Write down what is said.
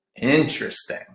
Interesting